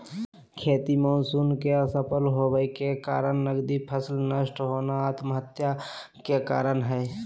खेती मानसून के असफल होबय के कारण नगदी फसल नष्ट होना आत्महत्या के कारण हई